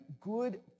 good